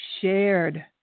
shared